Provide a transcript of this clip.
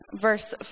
Verse